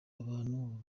abantu